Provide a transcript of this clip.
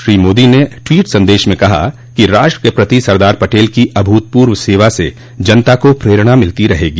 श्री मोदी ने ट्वीट संदेश में कहा कि राष्ट्र के प्रति सरदार पटेल की अभूतपूर्व सेवा से जनता को प्रेरणा मिलती रहेगी